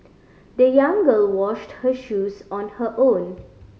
the young girl washed her shoes on her own